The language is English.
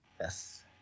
Yes